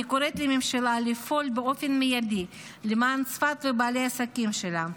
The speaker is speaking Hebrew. אני קוראת לממשלה לפעול באופן מיידי למען צפת ובעלי העסקים שלה.